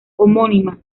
homónima